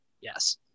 Yes